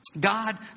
God